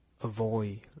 avoid